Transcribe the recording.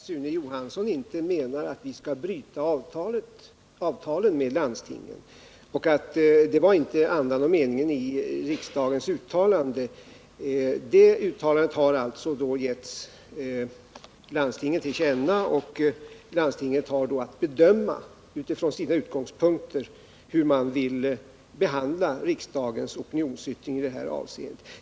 Herr talman! Jag förutsätter verkligen att Sune Johansson inte menar att vi skall bryta avtalen med landstingen; detta var inte andan och meningen i riksdagens uttalande. Uttalandet har alltså getts landstingen till känna, och landstingen har sedan att, utifrån sina egna utgångspunkter, bedöma hur de vill behandla riksdagens opinionsyttring i det här avseendet.